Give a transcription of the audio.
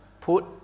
put